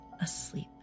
asleep